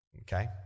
Okay